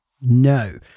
No